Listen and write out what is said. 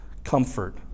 comfort